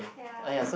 ya